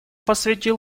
посвятил